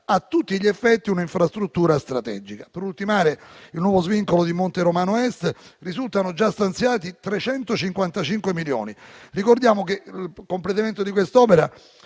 a tutti gli effetti una infrastruttura strategica. Per ultimare il nuovo svincolo di Monte Romano Est risultano già stanziati 355 milioni. Ricordiamo che il completamento di quest'opera